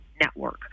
network